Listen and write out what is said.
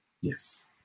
Yes